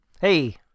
Hey